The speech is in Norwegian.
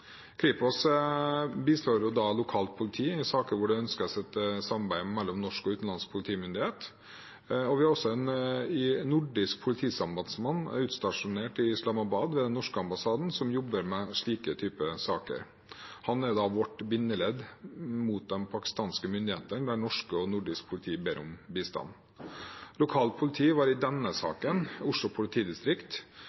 lokalt politi i saker hvor det ønskes et samarbeid mellom norsk og utenlandsk politimyndighet, og vi har også en nordisk politisambandsmann stasjonert i Islamabad, ved den norske ambassaden, som jobber med slike typer saker. Han er vårt bindeledd mot de pakistanske myndighetene når norsk og nordisk politi ber om bistand. Lokalt politi var i denne